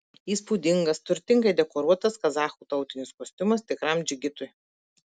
įspūdingas turtingai dekoruotas kazachų tautinis kostiumas tikram džigitui